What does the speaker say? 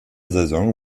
saison